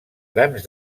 grans